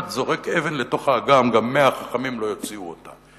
זורק אבן לתוך האגם גם מאה חכמים לא יוציאו אותה.